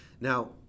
Now